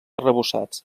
arrebossats